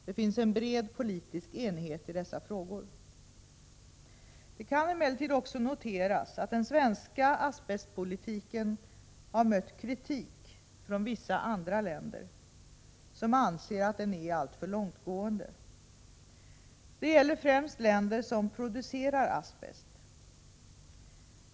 Det finns en bred politisk enighet i dessa frågor. Det kan emellertid också noteras att den svenska asbestpolitiken har mött kritik från vissa andra länder, som anser att den är alltför långtgående. Det gäller främst länder som producerar asbest.